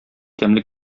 тәмле